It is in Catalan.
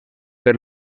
per